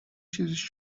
چیزیش